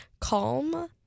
calm